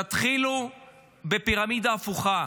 תתחילו בפירמידה הפוכה: